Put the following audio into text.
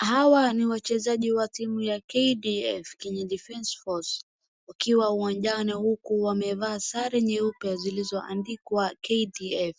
Hawa ni wachezaji wa timu ya KDF, Kenya Defense Force wakiwa uwanjani uku wamevaa sare nyeupe zilizoandikwa KDF